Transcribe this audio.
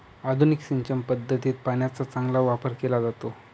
आधुनिक सिंचन पद्धतीत पाण्याचा चांगला वापर केला जातो